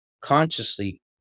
consciously